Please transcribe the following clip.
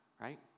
right